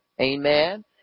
Amen